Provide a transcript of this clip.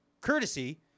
courtesy